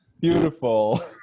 Beautiful